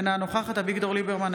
אינה נוכחת אביגדור ליברמן,